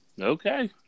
Okay